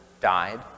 died